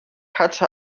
hatte